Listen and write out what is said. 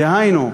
דהיינו,